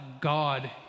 God